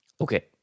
Okay